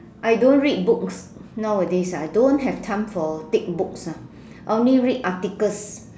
I don't read books nowadays ah I don't have time for thick books ah I only read articles